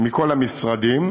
מכל המשרדים,